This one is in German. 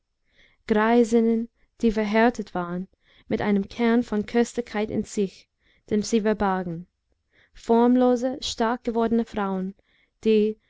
greisinnen die verhärtet waren mit einem kern von köstlichkeit in sich den sie verbargen formlose stark gewordene frauen die